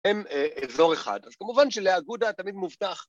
‫הם אזור אחד. ‫אז כמובן שלאגודה תמיד מובטח...